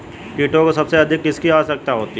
कीटों को सबसे अधिक किसकी आवश्यकता होती है?